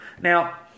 Now